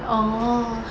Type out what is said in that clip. orh